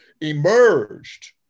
emerged